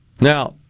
Now